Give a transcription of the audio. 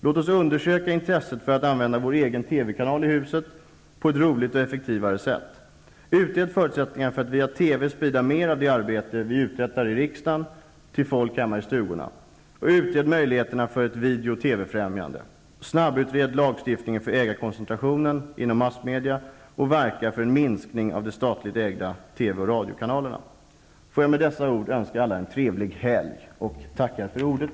Låt oss undersöka intresset för att använda vår egen TV-kanal i huset på ett roligt och effektivare sätt. Utred förutsättningarna för att via TV sprida mer om det arbete vi uträttar i riksdagen till folk ute i stugorna. Utred möjligheterna för ett video och TV-främjande. Snabbutred lagstiftningen mot ägarkoncentration inom massmedia och verka för en minskning av det statliga ägandet av TV och radiokanaler. Fru talman! Får jag med dessa ord önska alla en trevlig helg och tacka för ordet.